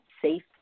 safe